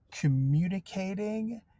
communicating